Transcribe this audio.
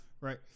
right